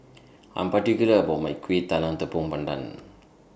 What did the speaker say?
I'm particular about My Kueh Talam Tepong Pandan